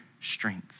strength